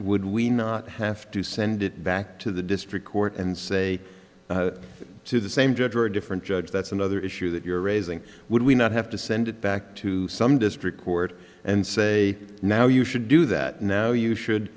would we not have to send it back to the district court and say to the same judge or a different judge that's another issue that you're raising would we not have to send it back to some district court and say now you should do that now you should